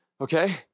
okay